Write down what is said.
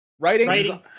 Writing